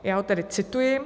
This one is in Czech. Já ho tedy cituji: